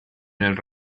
del